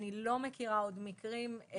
אני לא מכירה מקרים נוספים.